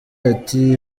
ati